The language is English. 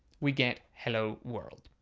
we get hello world.